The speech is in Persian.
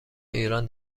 ایران